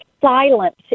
silence